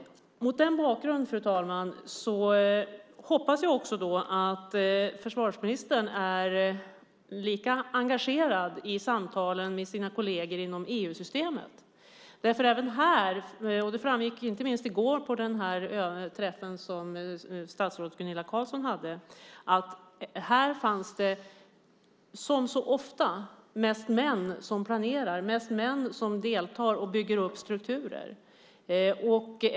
Mot den bakgrunden hoppas jag också att försvarsministern är lika engagerad i samtalen med sina kolleger inom EU-systemet. Det framgick inte minst i går på den träff som statsrådet Gunilla Carlsson hade att här är det, som så ofta, mest män som planerar. Det är mest män som deltar och bygger upp strukturer.